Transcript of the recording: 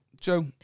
Joe